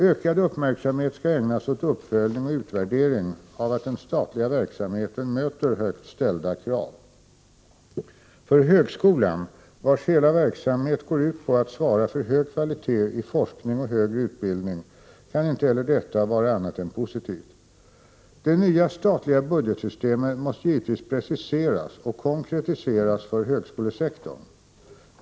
Ökad uppmärksamhet skäll ägnas åt uppföljning och utvärdering av att den statliga verksamheten möter högt ställda krav. För högskolan, vars hela verksamhet — Prot. 1988/89:9 går ut på att svara för hög kvalitet i forskning och högre utbildning, kan inte 13 oktober 1988 heller detta vara annat än positivt. Det nya statliga budgetsystemet måste givetvis preciseras och konkretise é ras för högskolesektorn.